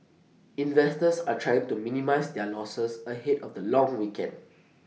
investors are trying to minimise their losses ahead of the long weekend